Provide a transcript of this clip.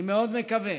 אני מאוד מקווה